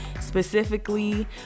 specifically